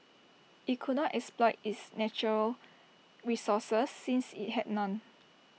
IT could not exploit its natural resources since IT had none